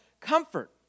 Comfort